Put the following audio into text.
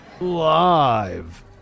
Live